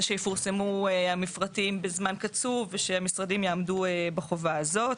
שיפורסמו המפרטים בזמן קצוב ושהמשרדים יעמדו בחובה הזאת.